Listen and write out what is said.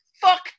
fuck